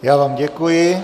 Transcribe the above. Já vám děkuji.